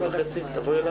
בשעה 11:23.